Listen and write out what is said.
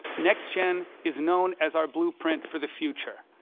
nextgen is known as our blue print for the future.